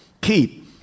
Keep